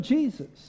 Jesus